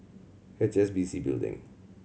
H S B C Building